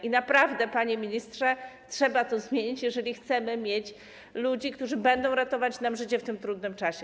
I naprawdę, panie ministrze, trzeba to zmienić, jeżeli chcemy mieć ludzi, którzy będą ratować nam życie w tym trudnym czasie.